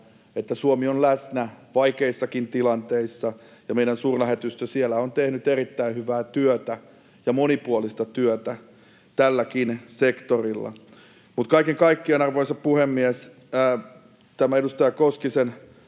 että Suomi on läsnä vaikeissakin tilanteissa. Meidän suurlähetystö siellä on tehnyt erittäin hyvää työtä ja monipuolista työtä tälläkin sektorilla. Mutta kaiken kaikkiaan, arvoisa puhemies, tämä edustaja Koskisen